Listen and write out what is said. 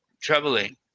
troubling